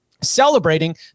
celebrating